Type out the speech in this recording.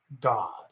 God